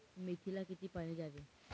मेथीला किती पाणी द्यावे?